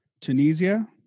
Tunisia